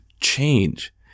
change